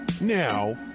Now